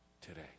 today